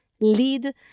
lead